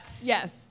Yes